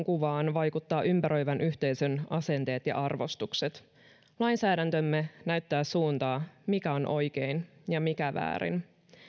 vaikuttavat ympäröivän yhteisön asenteet ja arvostukset lainsäädäntömme näyttää suuntaa mikä on oikein ja mikä väärin